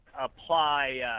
apply